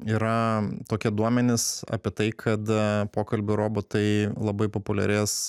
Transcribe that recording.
yra tokie duomenys apie tai kad pokalbių robotai labai populiarės